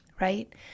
Right